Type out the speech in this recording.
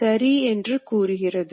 சக்தி போன்று உள்ளன